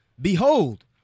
Behold